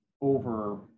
over